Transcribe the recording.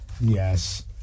Yes